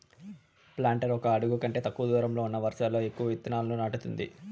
planter ఒక అడుగు కంటే తక్కువ దూరంలో ఉన్న వరుసలలో ఎక్కువ ఇత్తనాలను నాటుతుంది